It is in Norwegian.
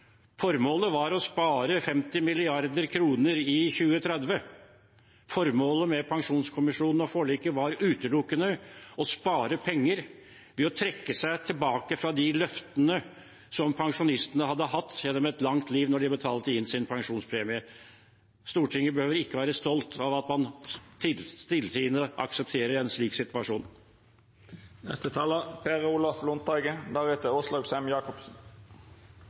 Formålet var å spare 50 mrd. kr i 2030. Formålet med pensjonskommisjonen og forliket var utelukkende å spare penger ved å trekke tilbake de løftene pensjonistene hadde fått gjennom et langt liv, når de betalte inn sin pensjonspremie. Stortinget behøver ikke være stolt over at man stilltiende aksepterer en slik situasjon.